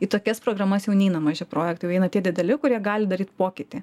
į tokias programas jau neina maži projektai jau eina tie dideli kurie gali daryt pokytį